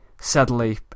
Sadly